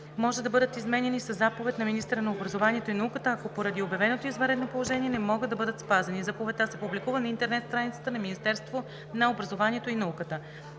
може да бъдат изменяни със заповед на министъра на образованието и науката, ако поради обявеното извънредно положение, не може да бъдат спазени. Заповедта се публикува на интернет страницата на Министерството на образованието и науката.